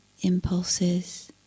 impulses